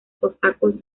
cosacos